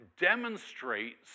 demonstrates